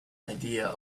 idea